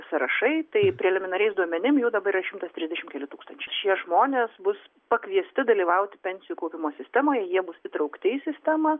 sąrašai tai preliminariais duomenim jų dabar yra šimtas trisdešim keli tūkstančiai šie žmonės bus pakviesti dalyvaut pensijų kaupimo sistemoje jie bus įtraukti į sistemą